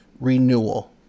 renewal